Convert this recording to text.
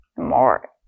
More